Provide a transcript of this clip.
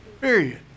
Period